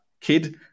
kid